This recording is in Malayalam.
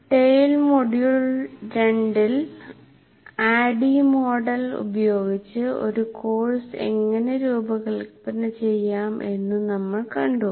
TALE മൊഡ്യൂൾ രണ്ടിൽ ADDIE മോഡൽ ഉപയോഗിച്ച് ഒരു കോഴ്സ് എങ്ങിനെ രൂപകൽപന ചെയ്യാം എന്ന് നമ്മൾ കണ്ടു